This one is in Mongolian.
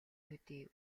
төдий